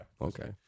okay